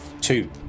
two